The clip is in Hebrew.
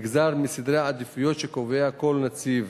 נגזרה מסדרי העדיפויות שקבע כל נציב.